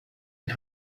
and